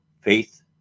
Faith